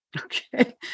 Okay